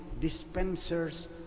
dispensers